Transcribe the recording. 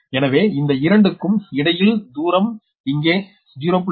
எனவே இந்த 2 க்கும் இடையில் தூரம் இங்கே 0